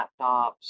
laptops